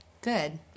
good